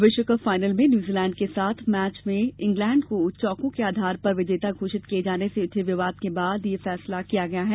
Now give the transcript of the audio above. विश्व cup final में New Zealand के साथ मैच में इंग्लैंड को चौकों के आधार पर विजेता घोषित किए जाने से उठे विवाद के बाद यह फैसला लिया गया है